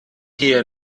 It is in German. hier